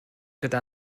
gyda